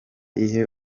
ihe